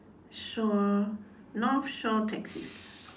shore north shore taxis